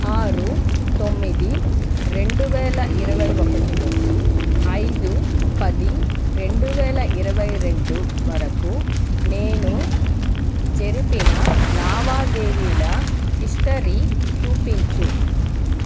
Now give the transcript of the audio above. ఆరు తొమ్మిది రెండు వేల ఇరవై ఒకటి నుండి ఐదు పది రెండు వేల ఇరవై రెండు వరకు నేను జరిపిన లావాదేవీల హిస్టరీ చూపించు